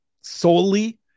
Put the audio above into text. solely